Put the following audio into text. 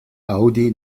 aŭdi